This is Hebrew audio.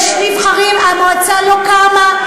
יש נבחרים, המועצה לא קמה.